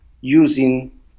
using